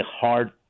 hard